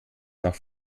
nach